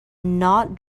not